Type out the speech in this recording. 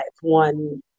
one